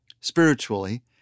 spiritually